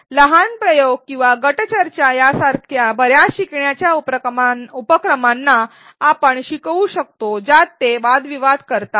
आपल्याकडे लहान प्रयोग किंवा गट चर्चा सारख्या बर्याच शिकण्याच्या उपक्रमांना आपण शिकवू शकतो ज्यात ते वादविवाद करतात